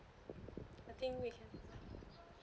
I think we can